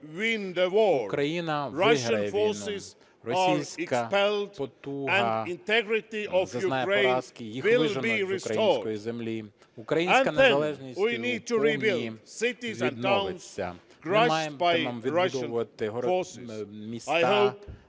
Україна виграє війну, російська потуга зазнає поразки, їх виженуть з української землі, українська незалежність у повній відновиться. Ми матимемо відбудовувати міста,